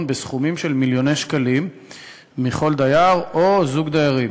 בסכומים של מיליוני שקלים מכל דייר או זוג דיירים.